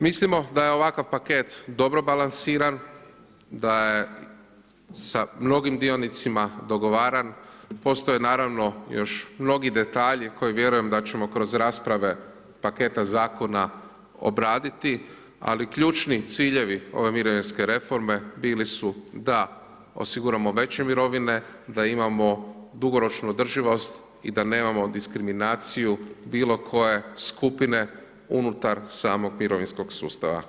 Mislimo da je ovakav paket dobro balansiran, da je sa mnogim dionicima dogovaran, postoje naravno još mnogi detalji koje vjerujem da ćemo kroz rasprave paketa zakona obraditi, ali ključni ciljevi ove mirovinske reforme bili su da osiguramo veće mirovine, da imamo dugoročnu održivost i da nemamo diskriminaciju bilo koje skupine unutar samog mirovinskog sustava.